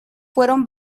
fueron